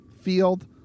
field